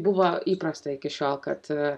buvo įprasta iki šiol kad